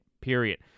period